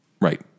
Right